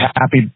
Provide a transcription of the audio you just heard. happy